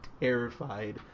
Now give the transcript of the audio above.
terrified